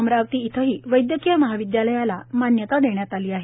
अमरावती येथेही वैद्यकीय महाविद्यालयाला मान्यता देण्यात आली आहे